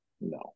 no